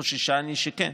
חוששני שכן.